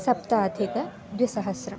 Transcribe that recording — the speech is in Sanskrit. सप्ताधिकद्विसहस्रम्